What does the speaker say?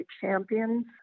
champions